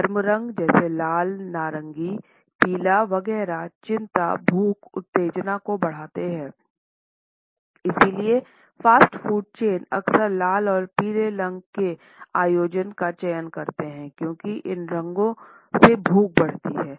गर्म रंग जैसे लाल नारंगी पीला वगैरह चिंता भूख उत्तेजना को बढ़ाते हैं इसलिए फास्ट फूड चेन अक्सर लाल और पीले रंग के संयोजन का चयन करते हैं क्योंकि इन रंगों से भूख बढ़ती है